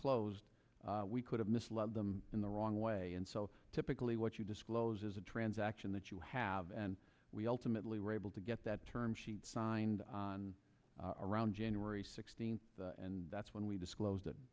close we could have misled them in the wrong way and so typically what you disclose is a transaction that you have and we ultimately were able to get that term sheet signed around january sixteenth and that's when we disclosed that